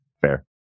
Fair